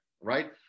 right